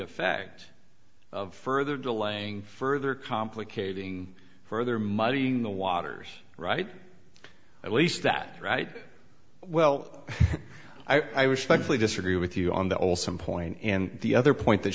effect of further delaying further complicating further muddying the waters right at least that right well i respectfully disagree with you on the olson point and the other point that